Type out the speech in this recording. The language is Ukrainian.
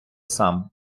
сам